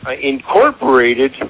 incorporated